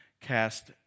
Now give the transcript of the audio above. cast